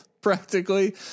practically